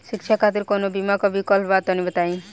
शिक्षा खातिर कौनो बीमा क विक्लप बा तनि बताई?